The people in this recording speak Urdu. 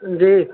جی